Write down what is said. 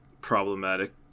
problematic